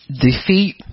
defeat